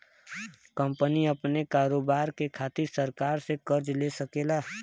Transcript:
company अपने कारोबार के खातिर सरकार से कर्ज ले सकेला